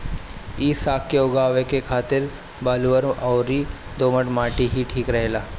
इ साग के उगावे के खातिर बलुअर अउरी दोमट माटी ही ठीक रहेला